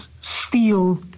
steel